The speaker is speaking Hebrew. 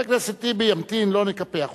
חבר הכנסת טיבי ימתין, לא נקפח אותו.